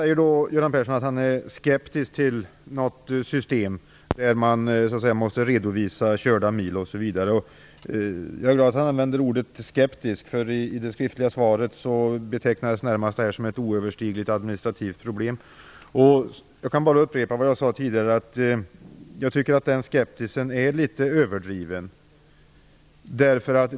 Göran Persson säger att han är skeptisk till ett system där man måste redovisa körda mil, osv. Jag är glad för att han nu använde ordet "skeptisk". I det skriftliga svaret betecknades det nämligen närmast som ett oöverstigligt administrativt problem. Jag kan bara upprepa vad jag sade tidigare. Jag tycker att den här skepsisen är litet överdriven.